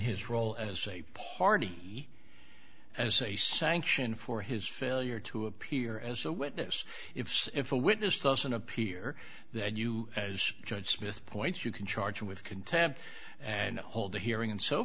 his role as a party as a sanction for his failure to appear as a witness if so if a witness doesn't appear that you as judge smith points you can charge him with contempt and hold a hearing and so